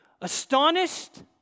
Astonished